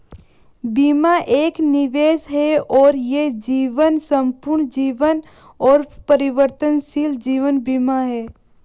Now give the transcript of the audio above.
बीमा एक निवेश है और यह जीवन, संपूर्ण जीवन और परिवर्तनशील जीवन बीमा है